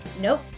Nope